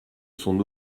son